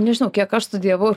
nežinau kiek aš studijavau